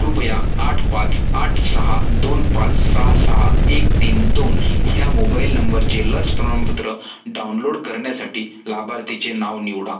कृपया आठ पाच आठ सहा दोन पाच सहा सहा एक तीन दोन ह्या मोबाईल नंबरचे लस प्रमाणपत्र डाउनलोड करण्यासाठी लाभार्थीचे नाव निवडा